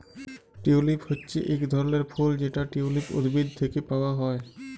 tulip হচ্যে এক ধরলের ফুল যেটা টিউলিপ উদ্ভিদ থেক্যে পাওয়া হ্যয়